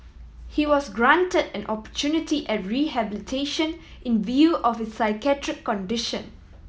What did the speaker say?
he was granted an opportunity at rehabilitation in view of his psychiatric condition